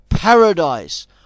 Paradise